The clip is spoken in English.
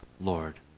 Lord